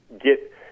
get